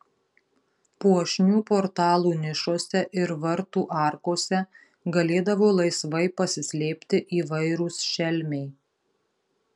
puošnių portalų nišose ir vartų arkose galėdavo laisvai pasislėpti įvairūs šelmiai